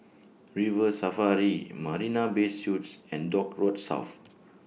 River Safari Marina Bay Suites and Dock Road South